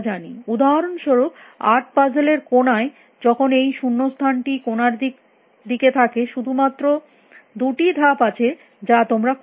উদাহরনস্বরুপ আট পাজেল এর কোনায় যখন এই শূন্যস্থানটি কোনার দিকে থাকে শুধুমাত্র দুটি ধাপ আছে যা তোমরা করতে পারো